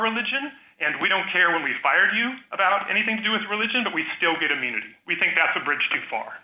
religion and we don't care when we fired you about anything to do with religion that we still get immunity we think that's a bridge too far